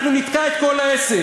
אנחנו נתקע את כל העסק.